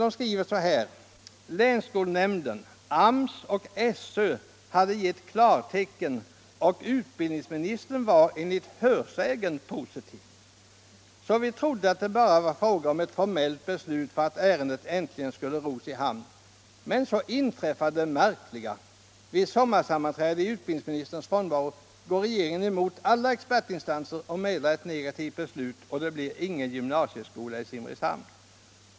Det heter i denna insändare: ”Länsskolnämnden, AMS och SÖ hade gett klartecken och utbildningsministern var enligt hörsägen positiv. Så vi trodde att det bara var fråga om ett formellt beslut för att ärendet äntligen skulle ros i hamn. Men så inträffar det märkliga. Vid sommarsammanträde går regeringen emot alla expertinstanser och meddelar ett negativt beslut: det blir ingen gymnasieskola i Simrishamn.